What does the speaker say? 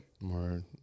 more